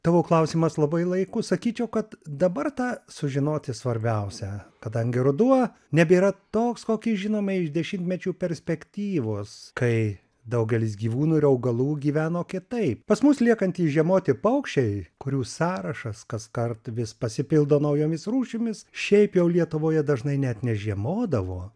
tavo klausimas labai laiku sakyčiau kad dabar tą sužinoti svarbiausia kadangi ruduo nebėra toks kokį žinome iš dešimtmečių perspektyvos kai daugelis gyvūnų ir augalų gyveno kitaip pas mus liekantys žiemoti paukščiai kurių sąrašas kaskart vis pasipildo naujomis rūšimis šiaip jau lietuvoje dažnai net nežiemodavo